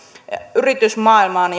yritysmaailmaan